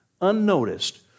unnoticed